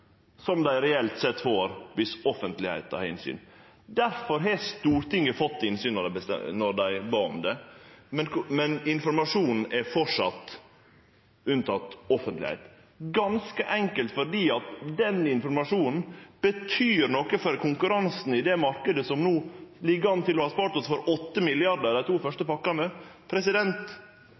som dei reelt sett får om offentlegheita har innsyn. Difor har Stortinget fått innsyn då dei bad om det, men informasjonen er framleis ikkje offentleg, ganske enkelt fordi den informasjonen betyr noko for konkurransen i den marknaden som no ligg an til å ha spart oss for 8 mrd. kr i dei to første